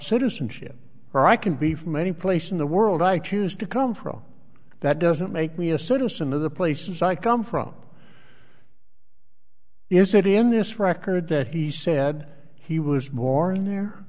citizenship where i can be from any place in the world i choose to come from that doesn't make me a citizen of the places i come from is it in this record that he said he was born there